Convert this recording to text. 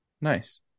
Nice